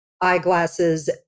eyeglasses